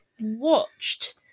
watched